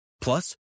Plus